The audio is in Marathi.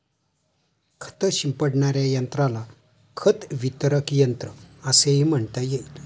खत शिंपडणाऱ्या यंत्राला खत वितरक यंत्र असेही म्हणता येईल